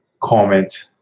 comment